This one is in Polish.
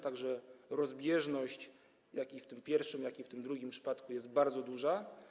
Tak że rozbieżność i w tym pierwszym, i w tym drugim przypadku jest bardzo duża.